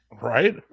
right